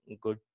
good